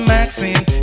Maxine